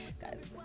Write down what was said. guys